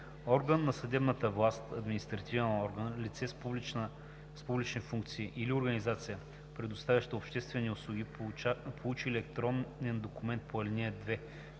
„Орган на съдебната власт, административен орган, лице с публични функции или организация, предоставяща обществени услуги, получили електронен документ по ал. 2